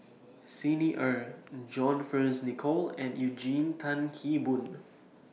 Xi Ni Er John Fearns Nicoll and Eugene Tan Kheng Boon